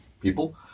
people